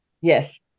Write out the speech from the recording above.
Yes